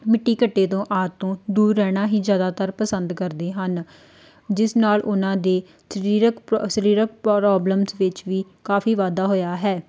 ਮਿੱਟੀ ਘੱਟੇ ਤੋਂ ਆਦਿ ਤੋਂ ਦੂਰ ਰਹਿਣਾ ਹੀ ਜ਼ਿਆਦਾਤਰ ਪਸੰਦ ਕਰਦੇ ਹਨ ਜਿਸ ਨਾਲ ਉਹਨਾਂ ਦੇ ਸਰੀਰਕ ਪ ਸਰੀਰਕ ਪ੍ਰੋਬਲਮਸ ਵਿੱਚ ਵੀ ਕਾਫ਼ੀ ਵਾਧਾ ਹੋਇਆ ਹੈ